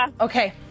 Okay